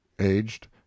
Aged